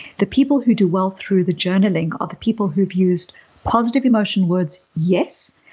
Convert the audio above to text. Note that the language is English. the people who do well through the journaling are the people who've used positive emotion words, yes,